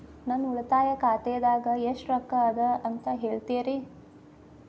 ನನ್ನ ಉಳಿತಾಯ ಖಾತಾದಾಗ ಎಷ್ಟ ರೊಕ್ಕ ಅದ ಅಂತ ಹೇಳ್ತೇರಿ?